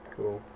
Cool